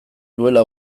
duela